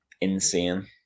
insane